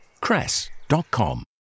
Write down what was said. Cress.com